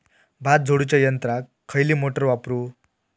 भात झोडूच्या यंत्राक खयली मोटार वापरू?